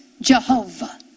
Jehovah